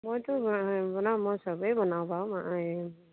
মইতো বনাওঁ মই চবেই বনাওঁ